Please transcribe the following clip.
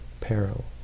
peril